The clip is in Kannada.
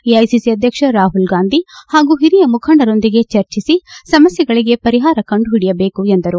ಎಐಸಿಸಿ ಅಧ್ಯಕ್ಷ ರಾಹುಲ್ ಗಾಂಧಿ ಹಿರಿಯ ಮುಖಂಡರೊಂದಿಗೆ ಚರ್ಚಿಸಿ ಸಮಸ್ಥೆಗಳಿಗೆ ಪರಿಹಾರ ಕಂಡು ಹಿಡಿಯಬೇಕು ಎಂದರು